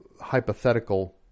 hypothetical